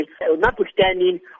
notwithstanding